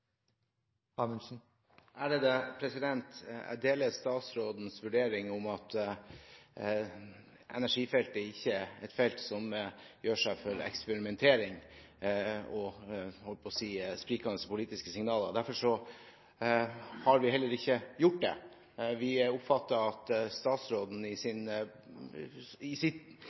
blir replikkordskifte. Jeg deler statsrådens vurdering av at energiområdet ikke er et felt som egner seg for eksperimentering og sprikende politiske signaler. Derfor har vi heller ikke gjort det. Vi oppfatter at statsråden gjennom sin